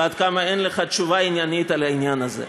ועד כמה אין לך תשובה עניינית לעניין הזה,